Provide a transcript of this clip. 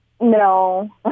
No